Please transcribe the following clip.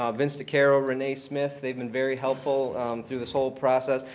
um vince dicaro, renae smith. they've been very helpful through this whole process.